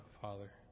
Father